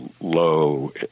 low